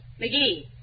McGee